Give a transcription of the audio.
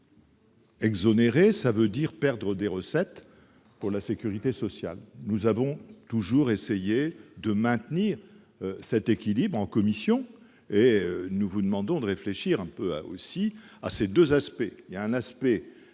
exonérer, c'est décider une perte de recettes pour la sécurité sociale. Nous avons toujours essayé de maintenir cet équilibre en commission, et nous vous demandons de réfléchir à ces deux aspects